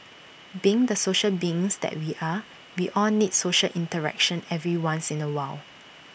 being the social beings that we are we all need social interaction every once in A while